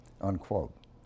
unquote